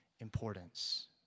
importance